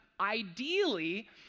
ideally